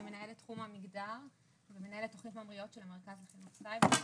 אני מנהלת תחום המגדר ומנהלת תוכנית "ממריאות" של המרכז לחינוך סייבר.